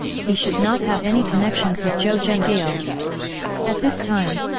he should not have any connections with zhou zhenghao. at this time,